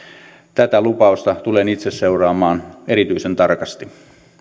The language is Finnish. tätä lupausta tulen itse seuraamaan erityisen tarkasti